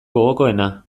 gogokoena